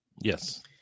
Yes